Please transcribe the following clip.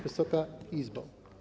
Wysoka Izbo!